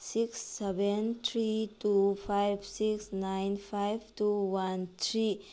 six seven three two five six nine five two one three